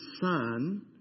Son